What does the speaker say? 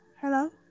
Hello